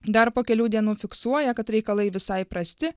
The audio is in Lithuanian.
dar po kelių dienų fiksuoja kad reikalai visai prasti